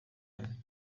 doriane